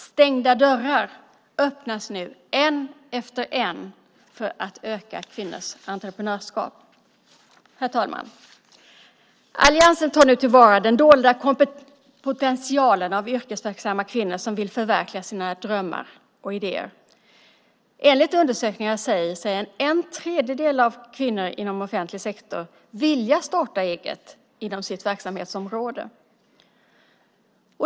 Stängda dörrar öppnas nu en efter en för att öka kvinnors entreprenörskap. Herr talman! Alliansen tar nu till vara den dolda potential av yrkesverksamma kvinnor som vill förverkliga sina drömmar och idéer. Enligt undersökningar säger sig en tredjedel av kvinnorna inom offentlig sektor vilja starta eget inom sitt verksamhetsområde.